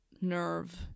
nerve